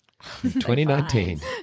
2019